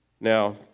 Now